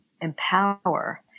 empower